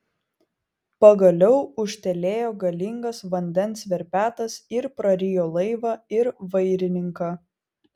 pagaliau ūžtelėjo galingas vandens verpetas ir prarijo laivą ir vairininką